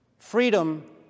Freedom